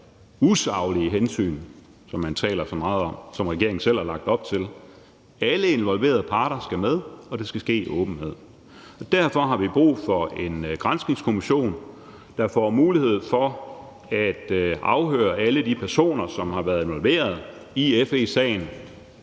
usaglige hensyn, som man taler så meget om, og som regeringen selv har lagt op til. Alle involverede parter skal med, og det skal ske i åbenhed. Derfor har vi brug for en granskningskommission, der får mulighed for at afhøre alle de personer, som har været involveret i FE-sagen,